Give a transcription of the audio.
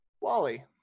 Wally